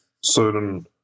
certain